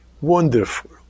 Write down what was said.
wonderful